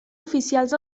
oficials